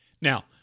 Now